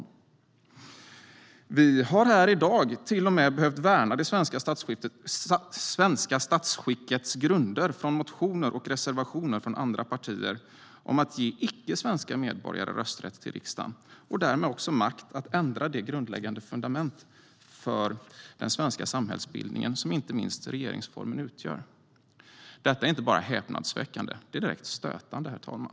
Vi har här i dag till och med behövt värna det svenska statsskickets grunder med anledning av motioner och reservationer från andra partier om att ge icke svenska medborgare rösträtt i val till riksdagen och därmed också makt att ändra det grundläggande fundament för den svenska samhällsbildningen som inte minst regeringsformen utgör. Detta är inte bara häpnadsväckande. Det är direkt stötande, herr talman.